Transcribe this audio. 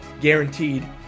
Guaranteed